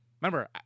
Remember